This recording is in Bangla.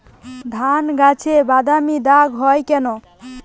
ধানগাছে বাদামী দাগ হয় কেন?